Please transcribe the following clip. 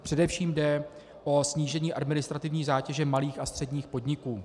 Především jde o snížení administrativní zátěže malých a středních podniků.